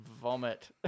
Vomit